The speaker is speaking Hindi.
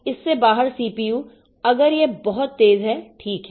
इस से बाहर CPU अगर यह बहुत तेज़ है ठीक है